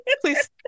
Please